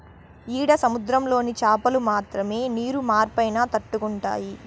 ఈడ సముద్రంలోని చాపలు మాత్రమే నీరు మార్పైనా తట్టుకుంటాయి